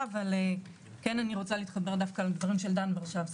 ואני רוצה להתחבר לדברים של דן ורשבסקי.